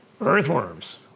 Earthworms